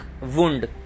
wound